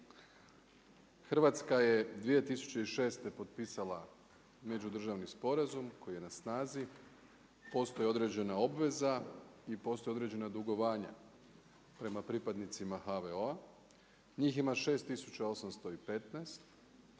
Hrvatska je 2006. potpisala međudržavni sporazum koji je na snazi, postoji određena obveza i postoje određena dugovanja prema pripadnicima HVO-a. Njih ima 6815,